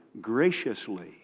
graciously